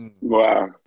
Wow